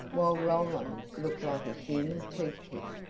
while roland looked like a human toothpick.